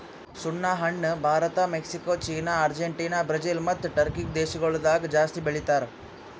ಸುಣ್ಣ ಹಣ್ಣ Bharat, Mexico, China, Argentina, Brazil ಮತ್ತ ಟರ್ಕಿ ದೇಶಗೊಳ್ ಜಾಸ್ತಿ ಬೆಳಿತಾರ್